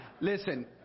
Listen